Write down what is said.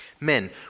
Men